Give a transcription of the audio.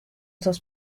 dos